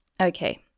Okay